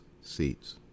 seats